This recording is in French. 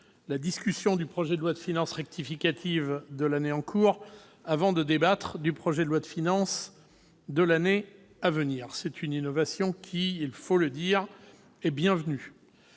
la discussion du projet de loi de finances rectificative de l'année en cours, avant de débattre du projet de loi de finances pour l'année à venir. C'est une innovation qui, il faut le dire, est la bienvenue